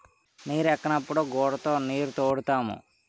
నీరెక్కనప్పుడు గూడతో నీరుతోడుతాము